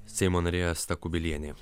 seimo narė asta kubilienė